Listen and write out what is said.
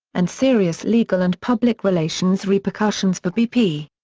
and serious legal and public relations repercussions for bp.